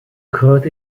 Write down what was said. groot